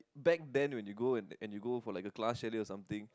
back then when you go and you go for like a class chalet or something